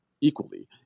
equally